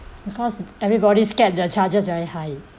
because everybody scared the charges very high